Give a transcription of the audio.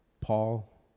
Paul